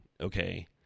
okay